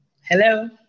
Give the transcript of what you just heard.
Hello